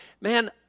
man